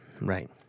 Right